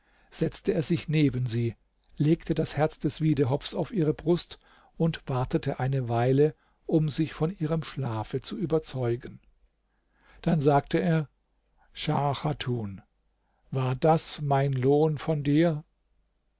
setzte er sich neben sie legte das herz des wiedehopfs auf ihre brust und wartete eine weile um sich von ihrem schlafe zu überzeugen dann sagte er schah chatun war das mein lohn von dir